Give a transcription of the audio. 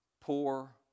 poor